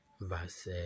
verse